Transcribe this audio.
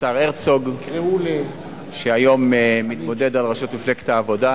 השר הרצוג, שהיום מתמודד על ראשות מפלגת העבודה,